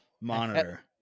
monitor